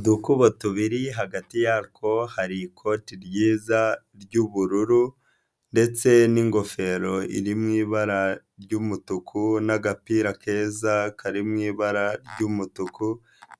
Udukubo tubiri hagati yatwo hari ikoti ryiza ry'ubururu ndetse n'ingofero iri mu ibara ry'umutuku n'agapira keza kari mu ibara ry'umutuku,